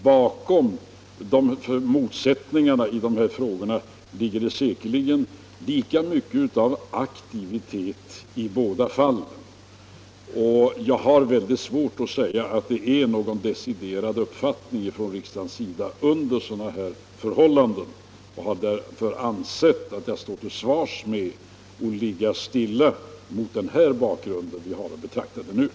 Bakom motsättningarna i dessa frågor ligger det säkerligen lika mycket av aktivitet i båda fallen. Jag har mycket svårt att under sådana förhållanden se att det är fråga om någon deciderad uppfattning från riksdagens sida. Jag har därför ansett att jag mot nuvarande bakgrund kan stå till svars med att ligga stilla i dessa sammanhang.